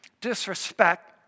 Disrespect